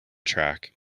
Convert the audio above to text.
track